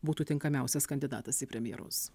būtų tinkamiausias kandidatas į premjerus